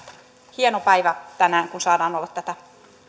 hieno päivä tänään kun saadaan olla tätä